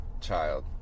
child